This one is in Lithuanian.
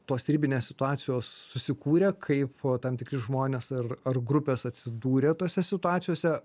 tos ribinės situacijos susikūrė kaip tam tikri žmonės ar ar grupės atsidūrė tose situacijose